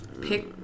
pick-